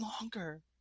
longer